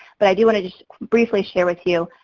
but i do want to briefly share with you